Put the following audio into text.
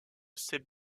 saint